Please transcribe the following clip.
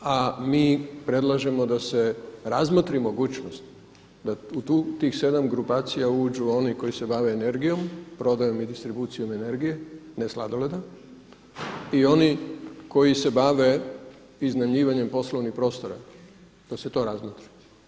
A mi predlažemo da se razmotri mogućnost da u tih 7 grupacija uđu oni koji se bave energijom, prodajom i distribucijom energije ne sladoleda i oni koji se bave iznajmljivanjem poslovnih prostora dok se to razmotri.